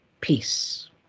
peace